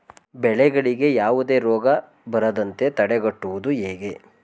ಬೆಳೆಗಳಿಗೆ ಯಾವುದೇ ರೋಗ ಬರದಂತೆ ತಡೆಗಟ್ಟುವುದು ಹೇಗೆ?